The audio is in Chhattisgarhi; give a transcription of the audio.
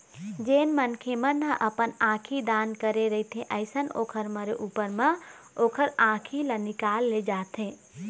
जेन मनखे मन ह अपन आंखी दान करे रहिथे अइसन ओखर मरे ऊपर म ओखर आँखी ल निकाल ले जाथे